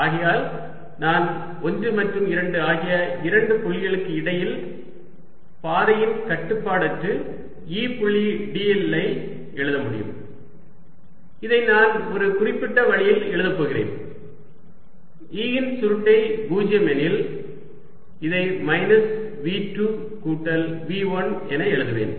ஆகையால் நான் 1 மற்றும் 2 ஆகிய இரண்டு புள்ளிகளுக்கு இடையில் பாதையின் கட்டுப்பாடற்று E புள்ளி dl ஐ எழுத முடியும் இதை நான் ஒரு குறிப்பிட்ட வழியில் எழுதப் போகிறேன் E இன் சுருட்டை 0 எனில் இதை மைனஸ் V2 கூட்டல் V1 என எழுதுவேன்